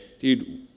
dude